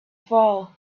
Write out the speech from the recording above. fall